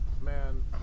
man